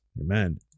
Amen